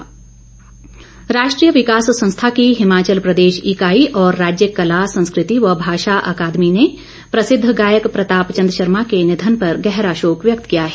शोक राष्ट्रीय विकास संस्था की हिमाचल प्रदेश इकाई और राज्य कला संस्कृति व भाषा अकादमी ने प्रसिद्ध गायक प्रताप चंद शर्मा के निधन पर गहरा शोक व्यक्त किया है